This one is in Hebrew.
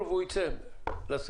והוא יצא לשר.